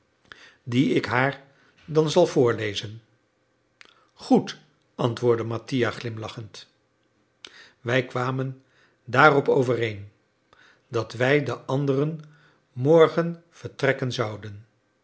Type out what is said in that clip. dien ik haar dan zal voorlezen goed antwoordde mattia glimlachend wij kwamen daarop overeen dat wij den anderen morgen vertrekken zouden